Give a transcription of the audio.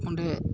ᱚᱸᱰᱮ